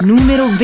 Número